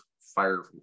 fire